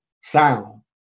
sound